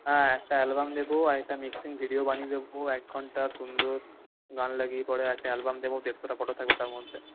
হ্যাঁ একটা অ্যালবাম দেবো আর একটা মিক্সিং ভিডিও বানিয়ে দেবো এক ঘন্টার সুন্দর গান লাগিয়ে পরে একটা অ্যালবাম দেবো দেড়শোটা ফটো থাকবে তার মধ্যে